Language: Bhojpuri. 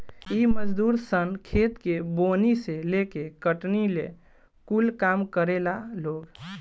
इ मजदूर सन खेत के बोअनी से लेके कटनी ले कूल काम करेला लोग